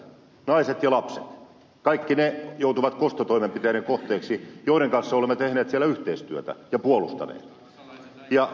naiset ja lapset kaikki ne joutuvat kostotoimenpiteiden kohteiksi joiden kanssa olemme tehneet siellä yhteistyötä ja joita olemme puolustaneet